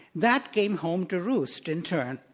that came home to roost in turn,